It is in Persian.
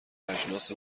اجناس